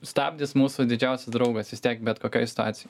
stabdis mūsų didžiausias draugas vis tiek bet kokioj situacijoj